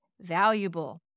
valuable